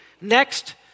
next